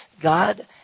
God